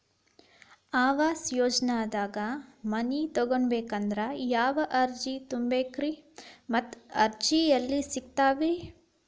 ಆವಾಸ ಯೋಜನೆದಾಗ ಮನಿ ತೊಗೋಬೇಕಂದ್ರ ಯಾವ ಅರ್ಜಿ ತುಂಬೇಕ್ರಿ ಮತ್ತ ಅರ್ಜಿ ಎಲ್ಲಿ ಸಿಗತಾವ್ರಿ?